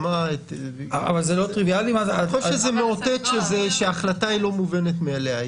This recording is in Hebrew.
אולי זה מאותת שההחלטה לא מובנת מאליה.